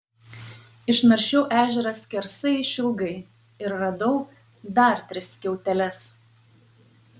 išnaršiau ežerą skersai išilgai ir radau dar tris skiauteles